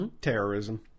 Terrorism